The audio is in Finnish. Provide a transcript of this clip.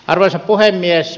arvoisa puhemies